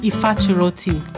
Ifachiroti